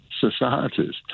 societies